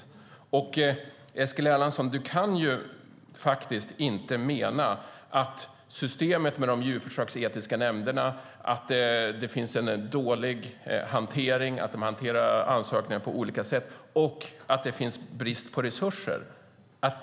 Du kan väl inte mena, Eskil Erlandsson, att du inte har fått information om att systemet med de djurförsöksetiska nämnderna har en dålig hantering där ansökningarna behandlas olika och att det råder brist på resurser?